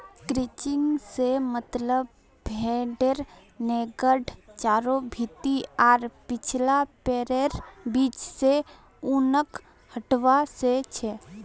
crutching से मतलब भेडेर नेंगड चारों भीति आर पिछला पैरैर बीच से ऊनक हटवा से छ